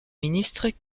ministres